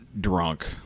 drunk